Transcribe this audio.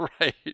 Right